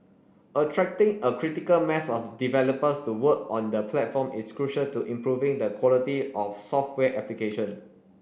attracting a critical mass of developers to work on the platform is crucial to improving the quality of software application